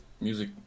music